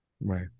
Right